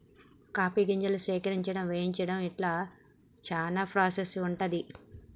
coffee గింజలు సేకరించడం వేయించడం ఇట్లా చానా ప్రాసెస్ ఉంటది